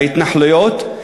מההתנחלויות,